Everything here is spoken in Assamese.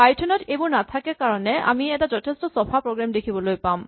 পাইথন ত এইবোৰ নাথাকে কাৰণে আমি এটা যথেষ্ঠ চফা প্ৰগ্ৰেম দেখা পাম